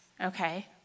Okay